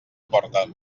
porta